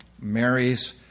Mary's